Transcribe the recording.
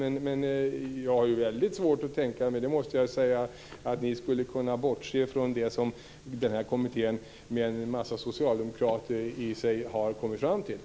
Men jag har svårt att tänka mig att ni skulle kunna bortse från vad denna kommitté - med ett flertal socialdemokratiska ledamöter - har kommit fram till.